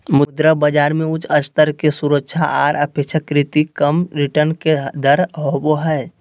मुद्रा बाजार मे उच्च स्तर के सुरक्षा आर अपेक्षाकृत कम रिटर्न के दर होवो हय